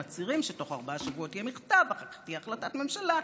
הם מצהירים שתוך ארבעה שבועות יהיה מכתב ואחר כך תהיה החלטת ממשלה,